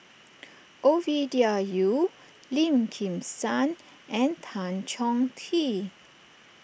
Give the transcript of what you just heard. Ovidia Yu Lim Kim San and Tan Chong Tee